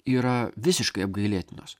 yra visiškai apgailėtinos